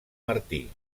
martí